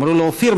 אמרו לו: אופיר,